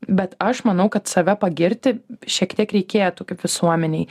bet aš manau kad save pagirti šiek tiek reikėtų kaip visuomenei